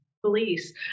police